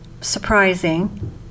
surprising